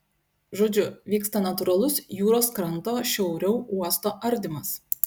žodžiu vyksta natūralus jūros kranto šiauriau uosto ardymas